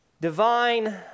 Divine